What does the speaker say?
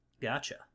Gotcha